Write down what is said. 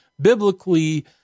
Biblically